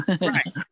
Right